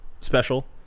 special